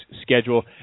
schedule